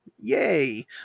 Yay